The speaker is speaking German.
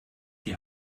die